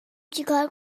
چیکار